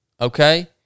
okay